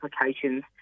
applications